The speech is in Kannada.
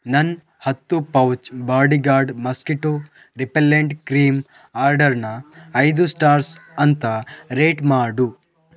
ನನ್ನ ಹತ್ತು pouch Bodyguard mosquito repellent cream ಆರ್ಡರನ್ನು ಐದು ಸ್ಟಾರ್ಸ್ ಅಂತ ರೇಟ್ ಮಾಡು